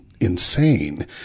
insane